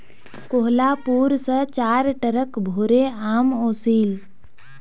कोहलापुर स चार ट्रक भोरे आम ओसील